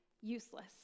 useless